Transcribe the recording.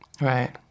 Right